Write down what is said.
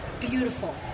beautiful